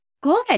Good